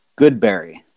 Goodberry